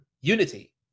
Unity